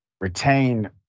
retain